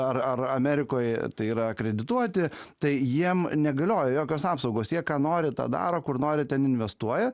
ar ar amerikoj tai yra akredituoti tai jiem negalioja jokios apsaugos jie ką nori tą daro kur nori ten investuoja